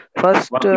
first